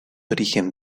origen